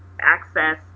access